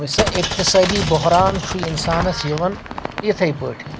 وٕچھ سا اِقتِصٲدی بُہران چھُ اِنسانَس یِوان اِتھے پٲٹھۍ